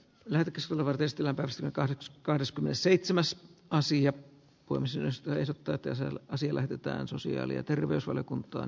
lääkitys oleva testillä varsinkaan rips kahdeskymmenesseitsemäs aasia koomisesta isä totesi asia lähetetään sosiaali ja terveysvaliokuntaan